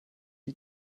die